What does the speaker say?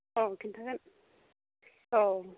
औ खिन्थागोन औ